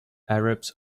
arabs